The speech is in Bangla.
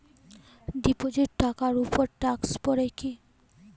ডিপোজিট টাকার উপর ট্যেক্স পড়ে কি?